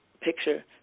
picture